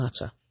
matter